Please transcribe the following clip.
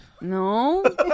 No